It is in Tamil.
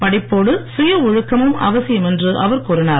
படிப்போடு சுய ஒழுக்கமும் அவசியம் என்று அவர் கூறினார்